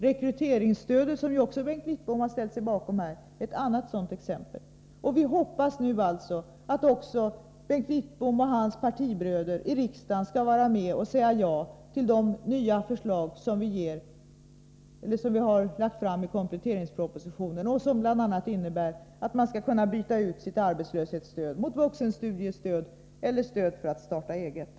Rekryteringsstödet, som också Bengt Wittbom här ställt sig bakom, är ett annat sådant exempel. Vi hoppas nu därför att bl.a. Bengt Wittbom och hans partibröder i riksdagen skall säga ja till de nya förslag som vi har lagt fram i kompletteringspropositionen och som innebär att man skall kunna byta ut sitt arbetslöshetsstöd mot vuxenstudiestöd eller stöd för att starta eget.